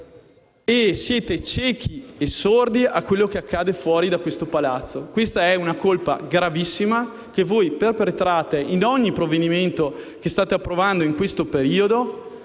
Siete ciechi e sordi rispetto a quello accade fuori questo Palazzo. Questa è una colpa gravissima, che voi perpetrate in ogni provvedimento che state approvando in questo periodo.